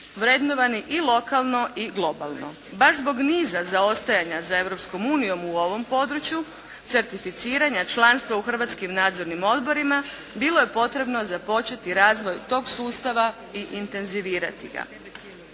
vrednovani i lokalno i globalno. Baš zbog niza zaostajanja za Europskom unijom u ovom području certificiranja članstva u hrvatskim narodnim odborima bilo je potrebno započeti razvoj tog sustava i intenzivirati ga.